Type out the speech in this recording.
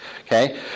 Okay